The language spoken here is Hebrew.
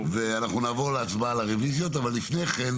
ואנחנו נעבור להצבעה על הרביזיות, אבל לפני כן